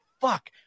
Fuck